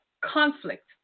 conflict